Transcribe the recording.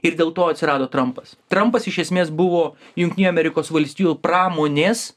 ir dėl to atsirado trampas trampas iš esmės buvo jungtinių amerikos valstijų pramonės